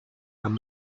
and